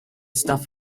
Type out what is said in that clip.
stuff